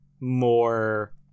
more